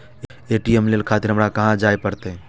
ATM ले खातिर हमरो कहाँ जाए परतें?